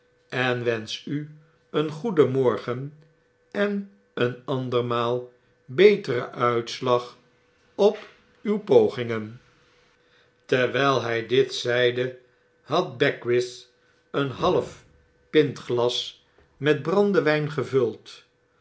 en wensch u een goedenmorgen en een andermaal beteren uitslag op uw pogingen terwijl hy dit zeide had beckwith een half pintglas met brandewyn gevuld